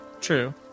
True